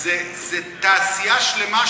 זה תעשייה שלמה.